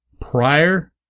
prior